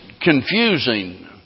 confusing